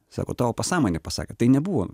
sako tavo pasąmonė pasakė tai nebuvo